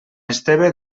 esteve